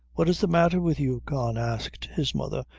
what is the matter with you, con? asked his mother,